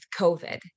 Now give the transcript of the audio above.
COVID